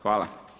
Hvala.